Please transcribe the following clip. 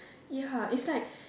ya it's like